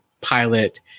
pilot